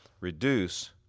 reduce